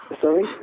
Sorry